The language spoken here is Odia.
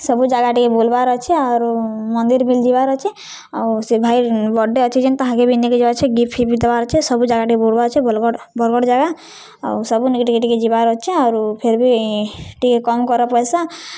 ସବୁ ଜାଗା ଟିକେ ବୁଲ୍ବାର୍ ଅଛେ ଆରୁ ମନ୍ଦିର୍ ବି ଯିବାର୍ ଅଛେ ଆଉ ସେ ଭାଇ ବର୍ଥଡ଼େ ଅଛେ ଯେନ୍ ତାହାକେ ବି ନେବାର୍ ଅଛେ ଗିଫ୍ଟ ଫିଫ୍ଟ ବି ଦେବାର୍ ଅଛେ ସବୁ ଜାଗା ଟିକେ ବୁଲ୍ବାର୍ ଅଛେ ବରଗଡ଼ ଭଲ ଭଲ୍ ଜାଗା ଆଉ ସବୁନିକେ ଟିକେ ଟିକେ ଯିବାର୍ ଅଛେ ଆରୁ ଫେର୍ ବି ଟିକେ କମ୍ କର ପଏସା